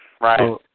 Right